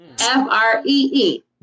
f-r-e-e